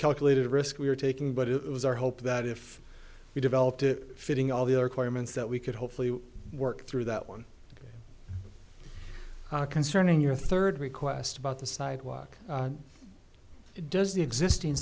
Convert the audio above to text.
calculated risk we were taking but it was our hope that if we developed it fitting all the other comments that we could hopefully work through that one concerning your third request about the sidewalk does the existing